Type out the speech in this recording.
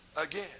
again